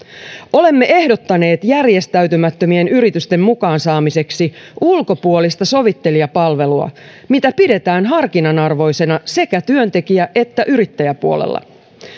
olemme ehdottaneet järjestäytymättömien yritysten mukaan saamiseksi ulkopuolista sovittelijapalvelua mitä pidetään harkinnan arvoisena sekä työntekijä että yrittäjäpuolella